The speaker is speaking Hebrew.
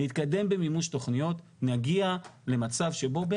להתקדם במימוש תכניות ונגיע למצב שבו באמת האנשים